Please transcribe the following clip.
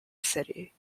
city